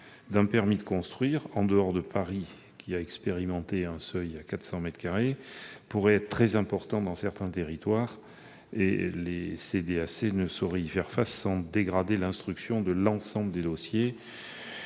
d'un permis de construire, hormis à Paris, qui a expérimenté un seuil à 400 mètres carrés, pourrait être très important dans certains territoires. Les CDAC ne sauraient y faire face sans dégrader l'instruction de l'ensemble des dossiers.